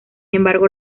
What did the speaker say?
embargo